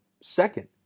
Second